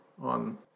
on